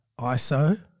ISO